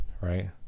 right